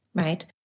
right